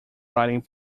writing